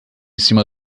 cima